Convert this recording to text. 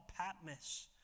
Patmos